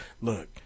look